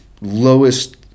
lowest